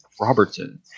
Robertson